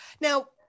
Now